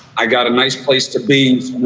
i got a nice place to be.